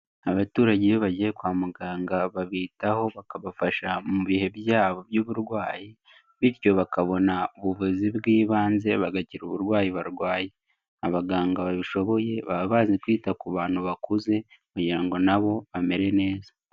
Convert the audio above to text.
Abaturage iyo bagiye kwa muganga babitaho, bakabafasha mu bihe byabo by'uburwayi bityo bakabona ubuvuzi bw'ibanze bagakira uburwayi barwaye. Abaganga babishoboye baba bazi kwita ku bantu bakuze kugira ngo nabo bamere neza.